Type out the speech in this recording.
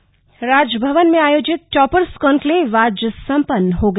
समापन राजभवन में आयोजित टॉपर्स कान्क्लेव आज समपन्न हो गया